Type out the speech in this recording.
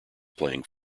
playing